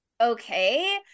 okay